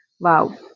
Wow